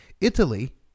Italy